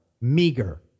meager